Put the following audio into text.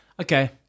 Okay